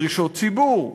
עם דרישות ציבור,